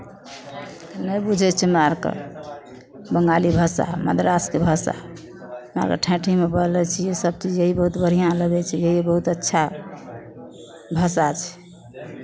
नहि बुझै छियै हमरा आरके बंगाली भाषा मद्रासके भाषा हम ठेठीमे बोलै छियै सभचीज यही बहुत बढ़िआँ लगै छै यही बहुत अच्छा भाषा छै